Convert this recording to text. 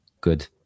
good